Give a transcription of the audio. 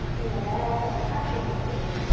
were males, and had been screened,